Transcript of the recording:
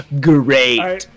Great